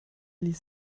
ließ